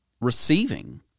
receiving